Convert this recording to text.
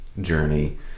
journey